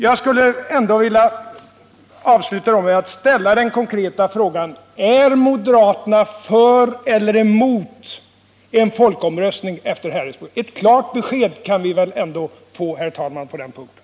Jag vill sluta detta inlägg med att ställa den konkreta frågan: Är moderaterna för eller emot en folkomröstning efter Harrisburg? Ett klart besked kan vi väl få på den punkten.